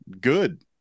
good